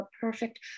perfect